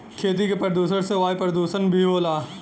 खेती के प्रदुषण से वायु परदुसन भी होला